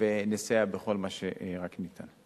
ונסייע בכל מה שרק ניתן.